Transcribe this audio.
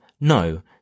no